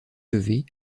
levée